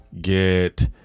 get